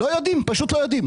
לא יודעים, פשוט לא יודעים.